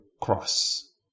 cross